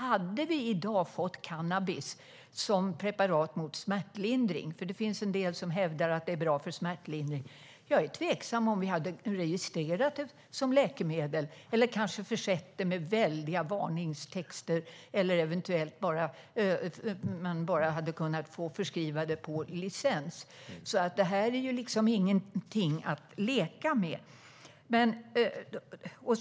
Om vi i dag hade fått cannabis som preparat för smärtlindring - det finns en del som hävdar att det är bra för smärtlindring - är jag tveksam till att vi hade registrerat det som läkemedel. Vi kanske hade försett det med väldiga varningstexter, eller det hade eventuellt bara kunnat få förskrivas på licens. Det här är ingenting att leka med.